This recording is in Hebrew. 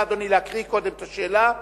אדוני, בבקשה קודם לקרוא את השאלה,